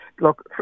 look